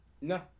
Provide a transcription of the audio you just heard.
No